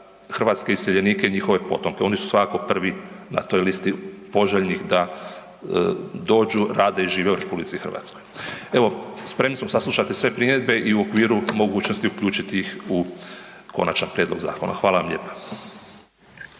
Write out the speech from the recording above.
hrvatske iseljenike i njihove potomke, oni su svakako prvi na toj listi poželjnih da dođu, rade i žive u RH. Evo, spremni smo saslušati sve primjedbe i u okviru mogućnosti uključiti ih u konačan prijedlog zakona. Hvala vam lijepa.